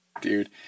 dude